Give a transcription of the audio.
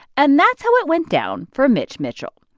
and that's how it went down for mitch mitchell.